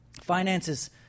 Finances